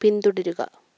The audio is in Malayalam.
പിന്തുടരുക